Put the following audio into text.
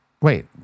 Wait